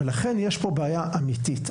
ולכן יש פה בעיה אמיתית.